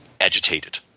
agitated